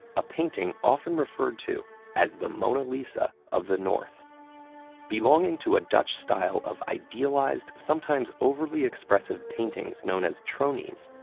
a painting often referred to as the mona lisa of the north belonging to a dutch style of idealized, sometimes overly expressive paintings known as tronies,